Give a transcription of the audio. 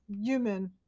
human